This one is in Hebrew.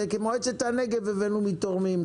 את מועצת הנגב הבאנו מתורמים,